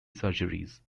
surgeries